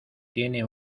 tiene